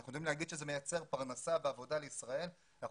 אנחנו יודעים לומר שזה מייצר פרנסה ועבודה לישראל ואנחנו